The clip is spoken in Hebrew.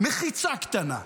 מחיצה קטנה,